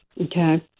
Okay